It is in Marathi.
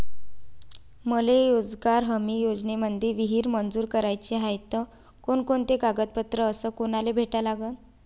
मले रोजगार हमी योजनेमंदी विहीर मंजूर कराची हाये त कोनकोनते कागदपत्र अस कोनाले भेटा लागन?